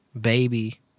baby